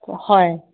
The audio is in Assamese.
হয়